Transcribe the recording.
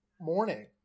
morning